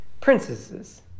Princesses